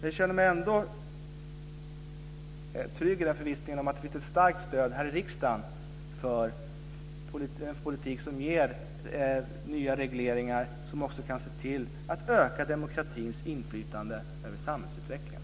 Jag känner mig ändå trygg i den förvissningen att det finns ett starkt stöd här i riksdagen för en politik som ger nya regleringar, som också kan se till att öka demokratins inflytande över samhällsutvecklingen.